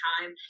time